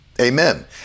Amen